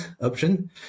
option